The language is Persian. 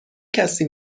کسی